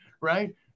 right